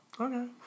Okay